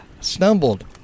Stumbled